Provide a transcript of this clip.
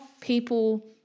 people